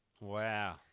Wow